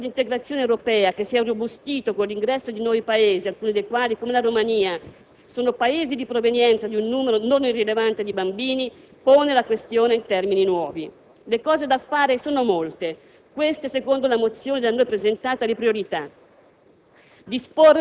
Così come il processo di integrazione europea che si è irrobustito con l'ingresso di nuovi Paesi - alcuni dei quali, come la Romania, sono Paesi di provenienza di un numero non irrilevante di bambini - pone la questione in termini nuovi. Le cose da fare sono molte. Queste secondo la mozione da noi presentata le priorità: